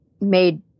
made